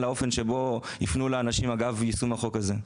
לאופן שבו יפנו לאנשים ביישום החוק הזה.